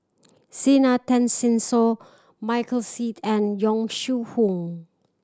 Zena Tessensohn Michael Seet and Yong Shu Hoong